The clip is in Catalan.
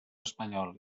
espanyol